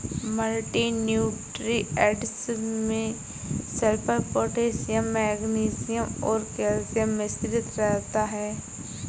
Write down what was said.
multi nutrients में sulphur, potassium magnesium और calcium मिश्रित रहता है